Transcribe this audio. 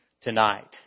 tonight